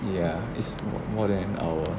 ya is more than an hour